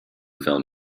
felt